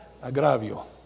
agravio